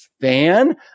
fan